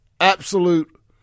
absolute